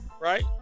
right